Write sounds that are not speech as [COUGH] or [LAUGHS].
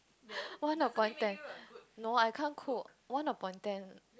[LAUGHS] one upon ten no I can't cook one upon ten